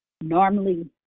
Normally